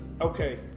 Okay